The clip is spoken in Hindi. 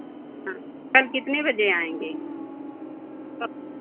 कल कितने बजे आएँगे